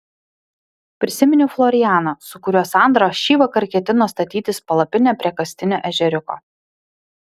prisiminiau florianą su kuriuo sandra šįvakar ketino statytis palapinę prie kastinio ežeriuko